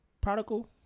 prodigal